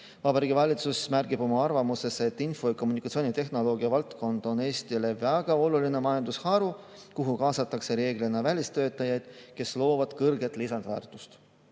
Vabariigi Valitsus märgib oma arvamuses, et info‑ ja kommunikatsioonitehnoloogia valdkond on Eestile väga oluline majandusharu, kuhu kaasatakse reeglina välistöötajaid, kes loovad kõrget lisandväärtust.